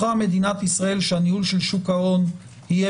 בחרה מדינת ישראל שהניהול של שוק ההון יהיה